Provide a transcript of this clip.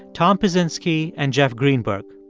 tom pyszczynski and jeff greenberg.